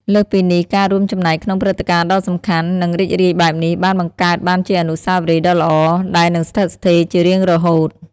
លើសពីនេះ ការរួមចំណែកក្នុងព្រឹត្តិការណ៍ដ៏សំខាន់ និងរីករាយបែបនេះ បាន បង្កើតបានជាអនុស្សាវរីយ៍ដ៏ល្អ ដែលនឹងស្ថិតស្ថេរជារៀងរហូត។